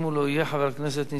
חבר הכנסת נסים זאב,